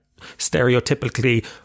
stereotypically